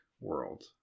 world